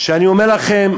שאני אומר לכם,